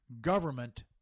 government